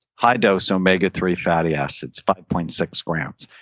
high dose omega three fatty acids five point six grams,